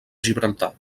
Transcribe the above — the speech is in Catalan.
gibraltar